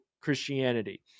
christianity